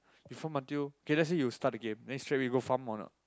you farm until okay let's say you start the game then straight away you go farm or not